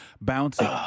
bouncing